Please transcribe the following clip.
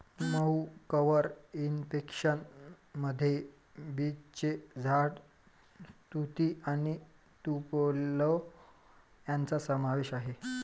मऊ cover impression मध्ये बीचचे झाड, तुती आणि तुपेलो यांचा समावेश आहे